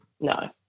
No